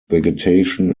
vegetation